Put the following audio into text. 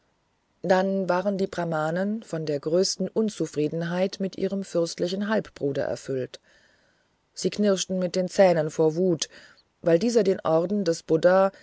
dann waren die brahmanen von der größten unzufriedenheit mit seinem fürstlichen halbbruder erfüllt sie knirschten mit den zähnen vor wut weil dieser den orden des buddha